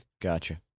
Gotcha